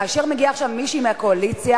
כאשר מגיעה עכשיו מישהי מהקואליציה,